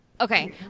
Okay